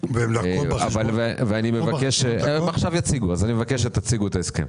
אני מבקש שתציגו את ההסכם.